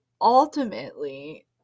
ultimately